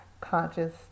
conscious